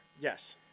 Yes